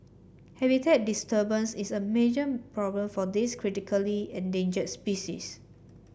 habitat disturbance is a major problem for this critically endangered species